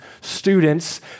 students